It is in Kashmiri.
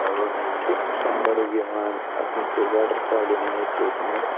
ڈلس منٛز چھِ سۄنہٕ مرٕگ یِوان اتھ منٛز چھِ واٹر فال یِوان ییٚتہِ یِم